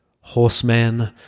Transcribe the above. Horsemen